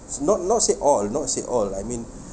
not not say all not say all I mean